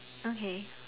okay